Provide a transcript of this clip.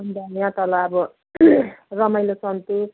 अन्त यहाँ तल अब रमाइलो सन्तुक